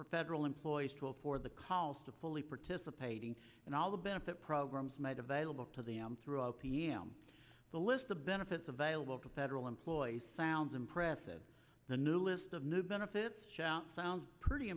for federal employees to afford the cost of fully participating and all the benefit programs made available to them through o p m the list the benefits available to federal employees sounds impressive the new list of new benefits sounds pretty